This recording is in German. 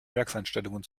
werkseinstellungen